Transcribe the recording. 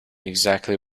exactly